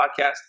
podcast